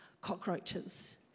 cockroaches